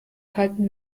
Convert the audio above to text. kalten